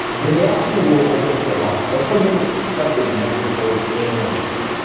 then they actually will open up their heart. they will tell you stuff they have never told anyone else.